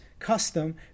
custom